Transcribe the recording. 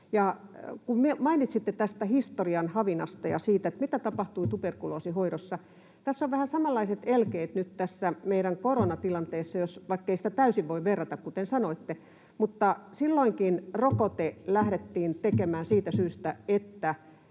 mainitsitte tästä historian havinasta ja siitä, mitä tapahtui tuberkuloosihoidossa, tässä on vähän samanlaiset elkeet nyt meidän koronatilanteessa, vaikkei sitä täysin voi verrata, kuten sanoitte. Mutta silloinkin rokote lähdettiin tekemään siitä syystä